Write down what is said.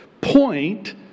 point